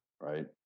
right